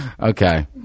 Okay